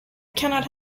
cannot